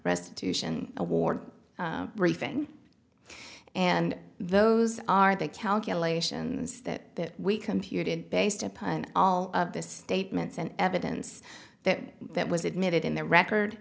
restitution award briefing and those are the calculations that we computed based upon all of the statements and evidence that that was admitted in the record